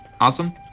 Awesome